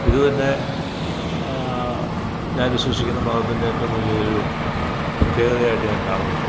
ഇതുതന്നെ ഞാൻ വിശ്വസിക്കുന്ന മതത്തിൻ്റെ ഏറ്റവും വലിയൊരു പ്രത്യേകതയായിട്ട് ഞാൻ കാണുന്നുണ്ട്